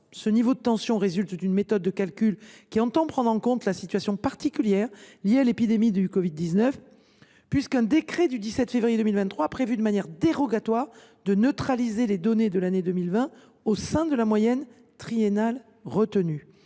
Ce niveau de tension résulte d’une méthode de calcul visant à prendre en compte la situation particulière liée à l’épidémie de covid 19, puisqu’un décret du 17 février 2023 a prévu, de manière dérogatoire, de neutraliser les données de l’année 2020 au sein de la moyenne triennale retenue.